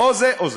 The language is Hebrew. או זה או זה.